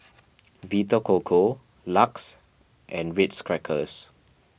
Vita Coco Lux and Ritz Crackers